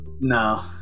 No